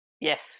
Yes